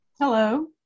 Hello